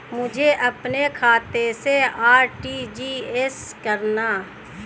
मुझे अपने खाते से आर.टी.जी.एस करना?